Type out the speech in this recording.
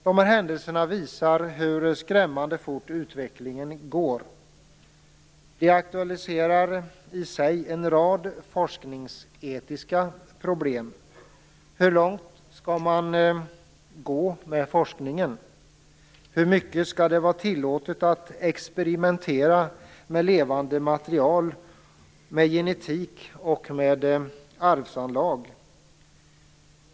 Dessa händelser visar hur skrämmande fort utvecklingen går. De aktualiserar i sig en rad forskningsetiska problem. Hur långt skall man gå med forskningen? Hur mycket skall det vara tillåtet att experimentera med levande materia, med genetik och med arvsanlag?